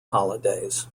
holidays